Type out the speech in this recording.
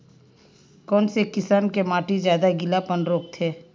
कोन से किसम के माटी ज्यादा गीलापन रोकथे?